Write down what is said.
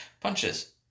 punches